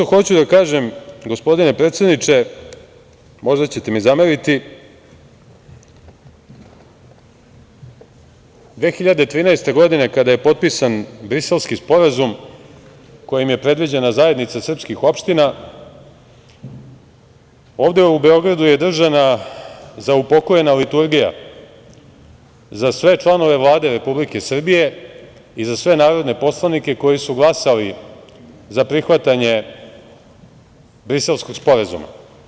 Ono što hoću da kažem, gospodine predsedniče, možda ćete mi zameriti, 2013. godine kada je potpisan Briselski sporazum, kojim je predviđena Zajednica srpskih opština, ovde u Beogradu je držana zaupokojena liturgija za sve članove Vlade Republike Srbije i za sve narodne poslanike koji su glasali za prihvatanje Briselskog sporazuma.